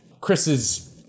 Chris's